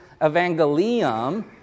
evangelium